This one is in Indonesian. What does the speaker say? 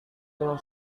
dengan